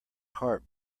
cart